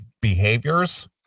behaviors